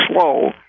slow